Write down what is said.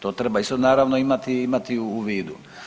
To treba isto naravno imati u vidu.